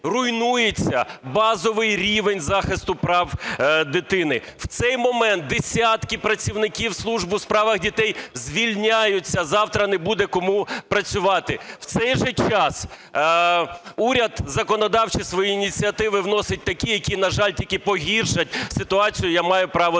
Руйнується базовий рівень захисту прав дитини. В цей момент десятки працівників служб у справах дітей звільняються, завтра не буде кому працювати. В цей же час уряд законодавчі свої ініціативи вносить такі, які, на жаль, тільки погіршать ситуацію, я маю право це